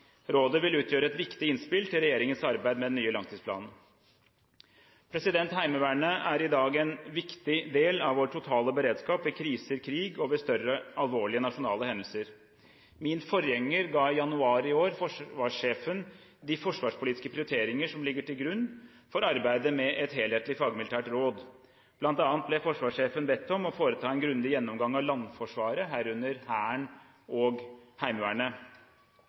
Rådet vil utgjøre et viktig innspill til regjeringens arbeid med den nye langtidsplanen. Heimevernet er i dag en viktig del av vår totale beredskap ved kriser, krig og ved større alvorlige nasjonale hendelser. Min forgjenger ga i januar i år forsvarssjefen de forsvarspolitiske prioriteringer som ligger til grunn for arbeidet med et helhetlig fagmilitært råd. Blant annet ble forsvarssjefen bedt om å foreta en grundig gjennomgang av landforsvaret, herunder Hæren og Heimevernet.